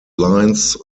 lines